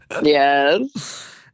Yes